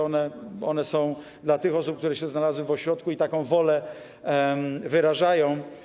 One są dla tych osób, które się znalazły w ośrodku i taką wolę wyrażają.